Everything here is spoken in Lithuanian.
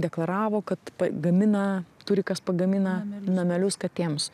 deklaravo kad pagamina turi kas pagamina namelius katėms